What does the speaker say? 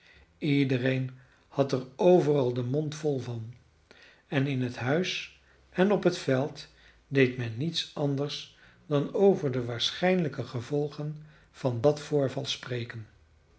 iedereen had er overal den mond vol van en in het huis en op het veld deed men niets anders dan over de waarschijnlijke gevolgen van dat voorval spreken